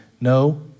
No